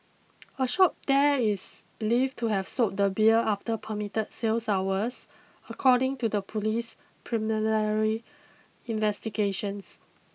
a shop there is believed to have sold the beer after permitted sales hours according to the police's preliminary investigations